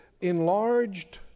enlarged